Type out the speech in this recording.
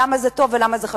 למה זה טוב ולמה זה חשוב.